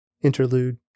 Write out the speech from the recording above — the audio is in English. Interlude